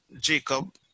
Jacob